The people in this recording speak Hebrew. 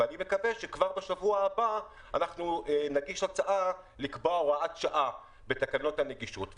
ואני מקווה שכבר בשבוע הבא נגיש הצעה לקבוע הוראת שעה בתקנות הנגישות,